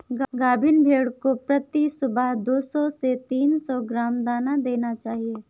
गाभिन भेड़ को प्रति सुबह दो सौ से तीन सौ ग्राम दाना देना चाहिए